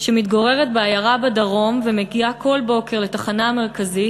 שמתגוררת בעיירה בדרום ומגיעה כל בוקר לתחנה המרכזית.